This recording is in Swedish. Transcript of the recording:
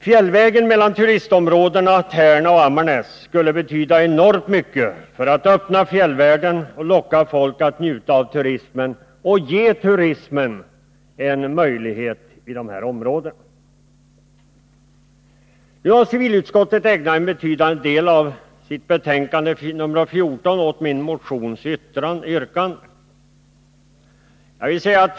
Fjällvägen mellan turistområdena Tärna och Ammarnäs skulle betyda enormt mycket för möjligheterna att öppna fjällvärlden och locka turister att njuta av dessa områden. Nu har civilutskottet ägnat en betydande del av sitt betänkande nr 14 åt min motions yrkande.